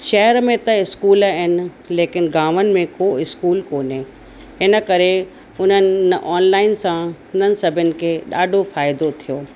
शहर में त स्कूल आहिनि लेकिन गांवनि में को स्कूल कोन्हे हिन करे हुननि ऑनलाइन सां उन सभिनि खे ॾाढो फ़ाइदो थियो